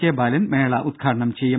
K Balan മേള ഉദ്ഘാടനം ചെയ്യും